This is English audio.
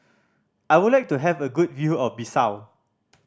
I would like to have a good view of Bissau